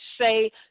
say